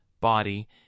body